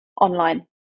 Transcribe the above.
online